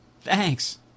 thanks